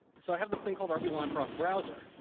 so i have this thing called rblineprof browser.